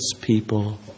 people